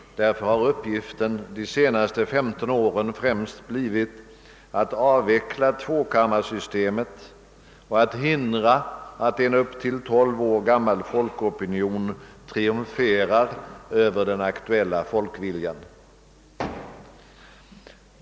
Därför har uppgiften de senaste 15 åren främst blivit att avveckla tvåkammarsystemet och att hindra att en upp till tolv år gammal folkopinion triumferar över den aktuella folkviljan.